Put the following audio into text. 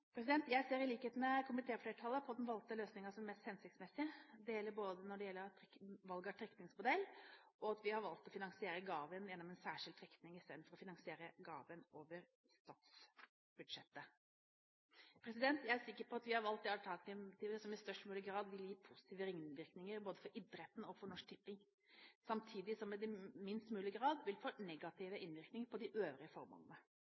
Jeg ser, i likhet med komitéflertallet, på den valgte løsningen som mest hensiktsmessig, både når det gjelder valg av trekningsmodell, og det at vi har valgt å finansiere gaven gjennom en særskilt trekning istedenfor å finansiere gaven over statsbudsjettet. Jeg er sikker på at vi har valgt det alternativet som i størst mulig grad vil gi positive ringvirkninger både for idretten og for Norsk Tipping, samtidig som det i minst mulig grad vil få negativ innvirkning på de øvrige formålene.